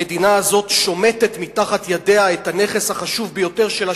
המדינה הזאת שומטת מתחת ידיה את הנכס החשוב ביותר שלה,